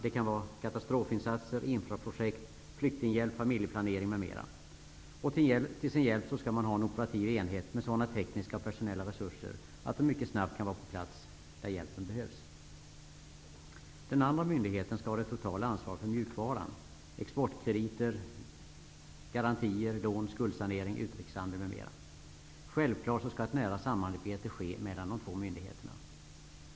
Det kan vara katastrofinsatser, infraprojekt, flyktinghjälp, familjeplanering m.m. Till sin hjälp skall man ha en operativ enhet med sådana tekniska och personella resurser att de mycket snabbt kan vara på plats där hjälpen behövs. Den andra myndigheten skall ha det totala ansvaret för mjukvaran. Det kan gälla exportkrediter, garantier, lån, skuldsanering, utrikeshandel m.m. Självfallet skall det vara ett nära samarbete mellan de två myndigheterna.